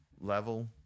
level